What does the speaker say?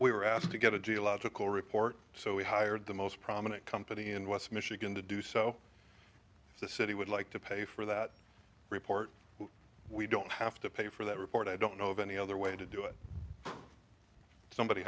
we were asked to get a geological report so we hired the most prominent company in west michigan to do so if the city would like to pay for that report we don't have to pay for that report i don't know of any other way to do it somebody